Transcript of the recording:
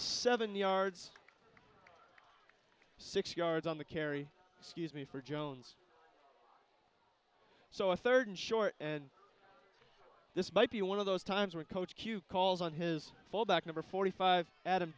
seven yards six yards on the kerry scuse me for jones so a third short and this might be one of those times when coach q calls on his fullback number forty five a